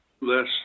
less